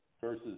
versus